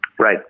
Right